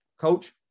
Coach